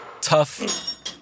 tough